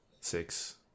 Six